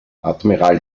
admiral